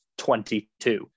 22